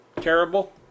terrible